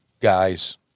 guys